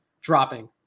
dropping